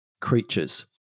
creatures